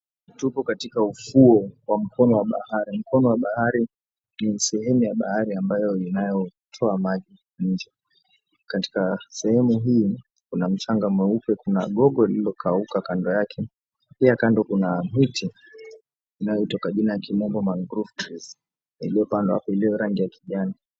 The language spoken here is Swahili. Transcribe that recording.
Tupo katika ufuo wa mkono wa bahari, mkono wa bahari ni sehemu ya bahari ambayo inayotoa maji inje katika sehemu hii, kuna mchanga mweupe, kuna gogo lililokauka kando yake pia kando kuna miti inayoitwa Mangrove trees iliyo rangi ya kijani.